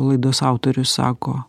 laidos autorius sako